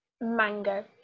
Mango